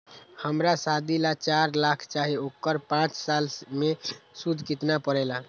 हमरा शादी ला चार लाख चाहि उकर पाँच साल मे सूद कितना परेला?